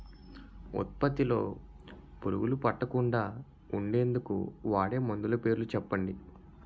ఉత్పత్తి లొ పురుగులు పట్టకుండా ఉండేందుకు వాడే మందులు పేర్లు చెప్పండీ?